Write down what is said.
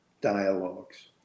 dialogues